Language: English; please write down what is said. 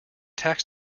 tax